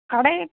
கடை